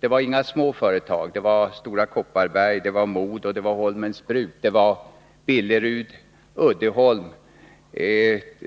Det var inga små företag, det var Stora Kopparberg, MoDo, Holmens Bruk, Billerud-Uddeholm